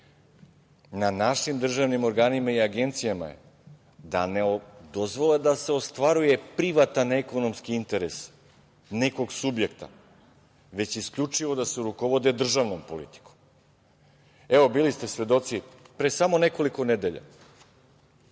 Na našim državnim organima i agencijama je da se ne dozvole da se ostvaruje privatan ekonomski interes nekog subjekta, već isključivo da se rukovode državnom politikom. Bili ste svedoci pre samo nekoliko nedelja